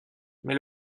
mais